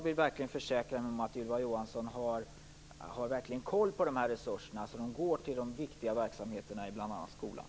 Min fråga är: Har Ylva Johansson verkligen koll på de här resurserna, så att de går till de viktiga verksamheterna i bl.a. skolan?